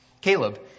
Caleb